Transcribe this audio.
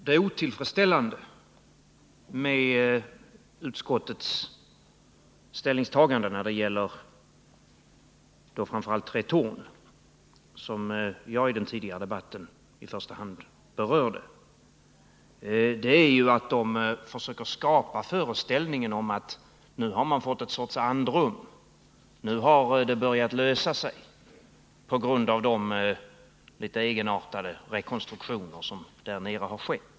Det otillfredsställande med utskottets ställningstagande framför allt när det gäller Tretorn AB, som jag i den tidigare debatten i första hand berörde, är ju att utskottet försöker skapa föreställningen att man nu har fått en sorts andrum, att man nu har börjat finna en lösning på problemen genom de litet egenartade rekonstruktioner som har skett.